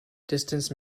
distance